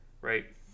right